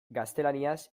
gaztelaniaz